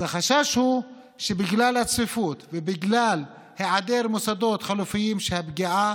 אז החשש הוא שבגלל הצפיפות ובגלל היעדר מוסדות חלופיים הפגיעה